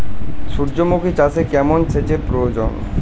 সূর্যমুখি চাষে কেমন সেচের প্রয়োজন?